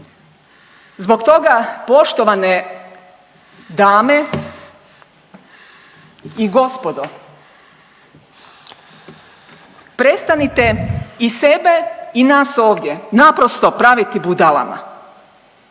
Zbog toga, poštovane dame i gospodo, prestanite i sebe i nas ovdje naprosto praviti budala.